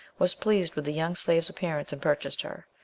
was pleased with the young slave's appearance and purchased her,